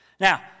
Now